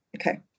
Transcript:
Okay